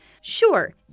Sure